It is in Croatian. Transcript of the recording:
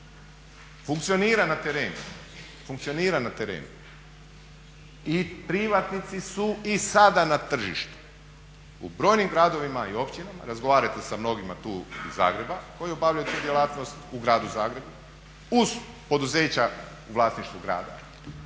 Funkcionira na terenu i privatnici su i sada na tržištu u brojnim gradovima i općinama, razgovarajte sa mnogima tu iz Zagreba koji obavljaju tu djelatnost u gradu Zagrebu uz poduzeća u vlasništvu grada.